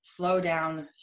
slowdown